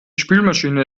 spülmaschine